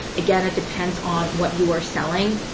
again it depends on what you are selling,